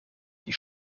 die